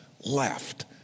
left